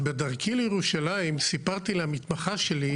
אז בדרכי לירושלים סיפרתי למתחמה שלי,